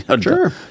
Sure